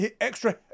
extra